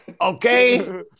Okay